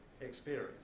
experience